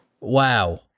Wow